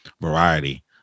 variety